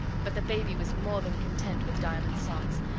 but the baby was more than content with diamond's songs,